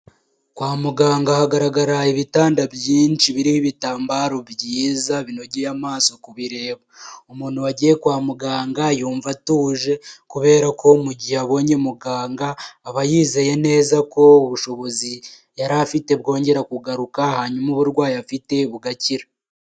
Kwa muganga hagaragara ibitanda byinshi biho ibitambaro byizaza binogeye amaso kubireba umuntu wagiye kwa muganga yumva atuje kubera ko mu gihe abonye muganga aba yizeye neza ko ubushobozi yari afite bwongera kugaruka hanyuma uburwayi afite bugakira.